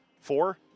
Four